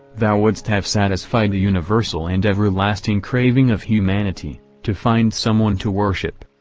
thou wouldst have satisfied the universal and everlasting craving of humanity to find someone to worship.